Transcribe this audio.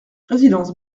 résidence